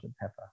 Pepper